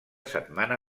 setmana